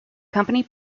company